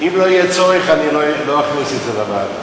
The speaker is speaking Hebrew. ההצעה להעביר את הנושא לוועדת העבודה,